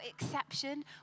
exception